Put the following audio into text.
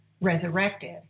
resurrected